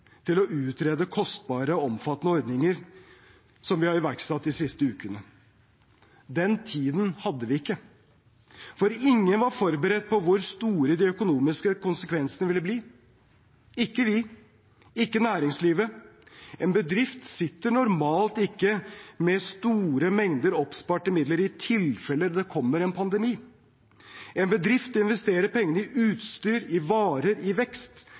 til å utrede de kostbare og omfattende ordningene som vi har iverksatt de siste ukene. Den tiden hadde vi ikke, for ingen var forberedt på hvor store de økonomiske konsekvensene ville bli – ikke vi, ikke næringslivet. En bedrift sitter normalt ikke med store mengder oppsparte midler i tilfelle det kommer en pandemi. En bedrift investerer pengene i utstyr, i varer og vekst